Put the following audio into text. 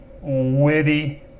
witty